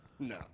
No